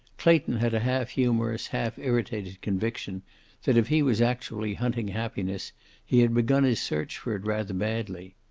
clayton had a half-humorous, half-irritated conviction that if he was actually hunting happiness he had begun his search for it rather badly.